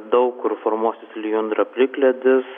daug kur formuosis lijundra plikledis